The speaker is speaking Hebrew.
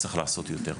צריך לעשות יותר.